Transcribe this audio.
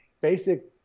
basic